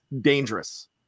dangerous